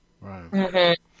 Right